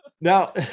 Now